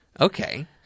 Okay